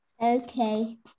Okay